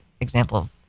example